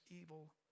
evil